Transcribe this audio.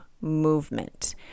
movement